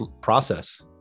process